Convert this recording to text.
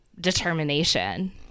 determination